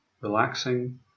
Relaxing